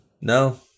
No